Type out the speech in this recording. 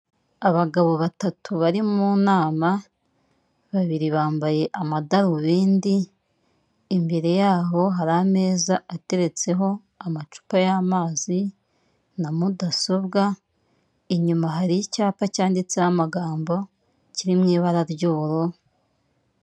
Abagabo batatu bari mu nama, babiri bambaye amadarubindi, imbere yaho hari ameza ateretseho amacupa y'amazi na mudasobwa, inyuma hari icyapa cyanditseho amagambo, kiri mu ibara ry'ubururu.